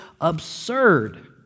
absurd